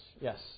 Yes